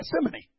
Gethsemane